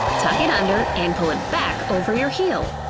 tuck it under and pull it back over your heel.